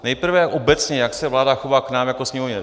Nejprve obecně, jak se vláda chová k nám jako Sněmovně.